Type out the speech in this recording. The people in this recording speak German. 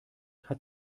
hat